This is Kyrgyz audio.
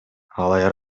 алай